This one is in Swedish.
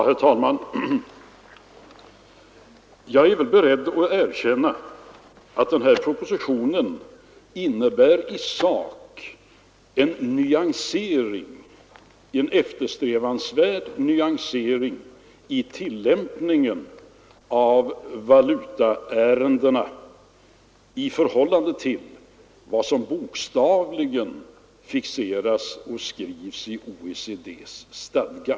Herr talman! Jag är väl beredd att erkänna att den här propositionen innebär i sak en eftersträvansvärd nyansering i handläggningen av valutaärendena i förhållandet till vad som bokstavligen fixeras i OECD:s stadga.